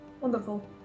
Wonderful